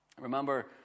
Remember